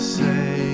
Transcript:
say